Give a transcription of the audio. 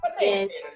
Yes